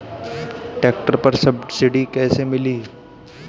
Tractor पर subsidy कैसे मिली?